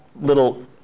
little